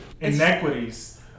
inequities